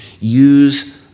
use